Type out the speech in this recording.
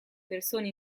persone